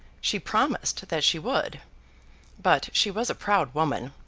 she promised that she would but she was a proud woman,